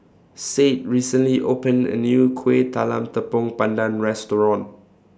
Sade recently opened A New Kueh Talam Tepong Pandan Restaurant